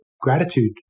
gratitude